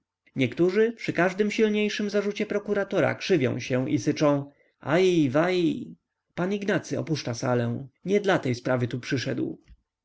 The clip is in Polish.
niektórzy przy każdym silniejszym zarzucie prokuratora krzywią się i syczą aj-waj pan ignacy opuszcza salę nie dla tej sprawy tu przyszedł